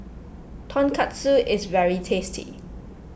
Tonkatsu is very tasty